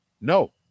No